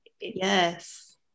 yes